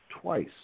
twice